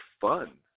fun